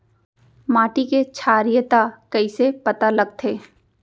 माटी के क्षारीयता कइसे पता लगथे?